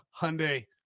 Hyundai